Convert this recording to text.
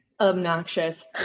obnoxious